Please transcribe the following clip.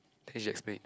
then she explain